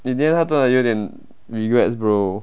in the end 他真的有点 regrets bro